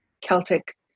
Celtic